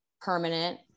permanent